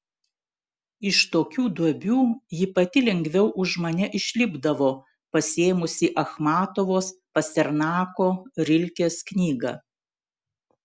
iš tokių duobių ji pati lengviau už mane išlipdavo pasiėmusi achmatovos pasternako rilkės knygą